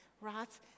right